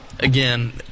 Again